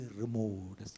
removed